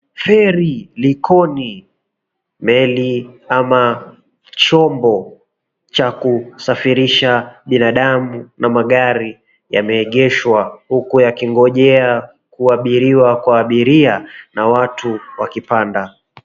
Feri Likoni. Meli ama chombo cha kusafirisha binadamu na magari yameegeshwa huku yakingojea kuabiriwa kwa abiria na watu wakipanda.